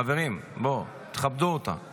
חברים, בואו, תכבדו אותה.